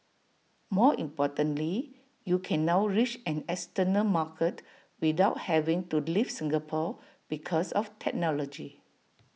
more importantly you can now reach an external market without having to leave Singapore because of technology